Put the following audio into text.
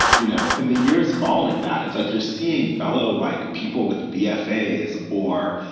you know, in the years following that, it's like you're seeing fellow like people with buffets or,